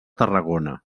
tarragona